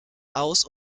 aus